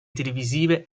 televisive